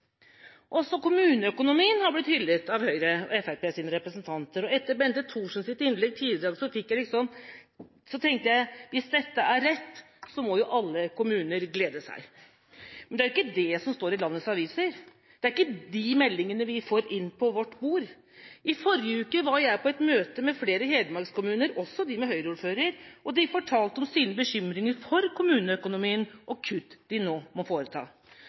Også kommuneøkonomien har blitt hyllet av Høyres og Fremskrittspartiets representanter, og etter Bente Thorsens innlegg tidligere i dag tenkte jeg: Hvis dette er rett, må alle kommuner glede seg. Men det er ikke det som står i landets aviser, det er ikke de meldingene vi får inn på vårt bord. I forrige uke var jeg på et møte med flere hedmarkskommuner, også med dem med Høyre-ordførere, og de fortalte om sine bekymringer for kommuneøkonomien og om kutt de nå må foreta.